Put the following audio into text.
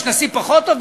יש נשיא פחות טוב,